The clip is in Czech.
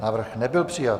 Návrh nebyl přijat.